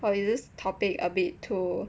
or is this topic a bit too